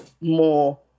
more